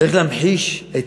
איך להמחיש את